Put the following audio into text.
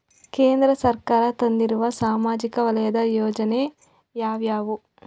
ಕೇಂದ್ರ ಸರ್ಕಾರ ತಂದಿರುವ ಸಾಮಾಜಿಕ ವಲಯದ ಯೋಜನೆ ಯಾವ್ಯಾವು?